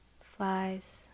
flies